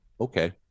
okay